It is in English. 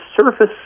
surface